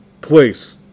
Please